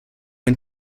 ein